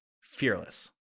fearless